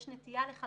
יש נטייה לחזרתיות.